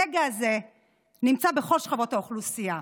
הנגע הזה נמצא בכל שכבות האוכלוסייה,